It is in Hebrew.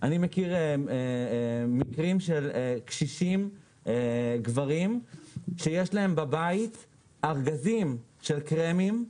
אני מכיר מקרים של קשישים גברים שיש להם בבית ארגזים של קרמים,